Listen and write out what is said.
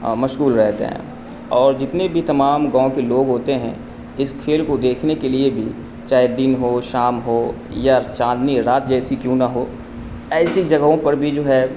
مشکور رہتے ہیں اور جتنے بھی تمام گاؤں کے لوگ ہوتے ہیں اس کھیل کو دیکھنے کے لیے بھی چاہے دن ہو شام ہو یا چاندنی رات جیسی کیوں نہ ہو ایسی جگہوں پر بھی جو ہے